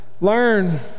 Learn